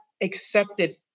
accepted